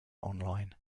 online